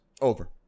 Over